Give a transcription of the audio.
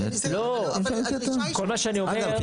אגב,